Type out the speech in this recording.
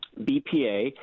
BPA